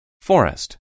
Forest